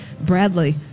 Bradley